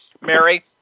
Mary